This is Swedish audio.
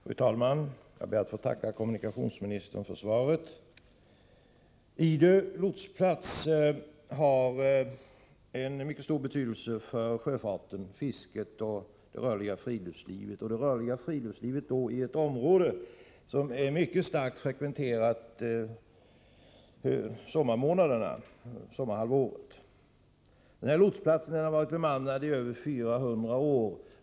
Fru talman! Jag ber att få tacka kommunikationsministern för svaret. Idö lotsplats har en mycket stor betydelse för sjöfarten, fisket och det rörliga friluftslivet i detta område. Under sommarhalvåret är området mycket livligt frekventerat. Lotsplatsen har varit bemannad i över 400 år.